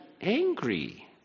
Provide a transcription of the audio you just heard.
angry